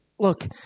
Look